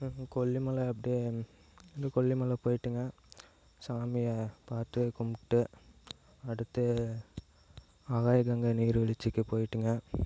கொல்லிமலை அப்படியே கொல்லிமலை போய்ட்டுங்க சாமியை பார்த்து கும்பிட்டு அடுத்து ஆகாயக்கங்கை நீர்வீழ்ச்சிக்கு போய்ட்டுங்க